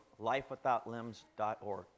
Lifewithoutlimbs.org